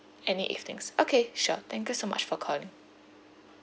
any evenings okay sure thank you so much for calling